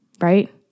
right